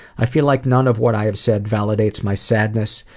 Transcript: i feel like none of what i have said validates my sadness,